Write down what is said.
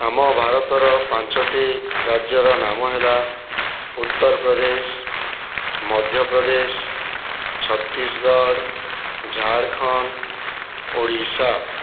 ଆମ ଭାରତର ପାଞ୍ଚୋଟି ରାଜ୍ୟର ନାମ ହେଲା ଉତ୍ତରପ୍ରଦେଶ ମଧ୍ୟପ୍ରଦେଶ ଛତିଶଗଡ଼ ଝାଡ଼ଖଣ୍ଡ ଓଡ଼ିଶା